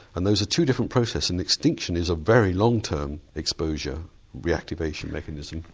and those are two different processes, and extinction is a very long term exposure reactivation mechanism.